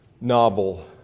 novel